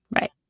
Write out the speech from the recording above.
Right